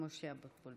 משה אבוטבול.